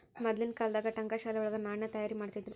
ಮದ್ಲಿನ್ ಕಾಲ್ದಾಗ ಠಂಕಶಾಲೆ ವಳಗ ನಾಣ್ಯ ತಯಾರಿಮಾಡ್ತಿದ್ರು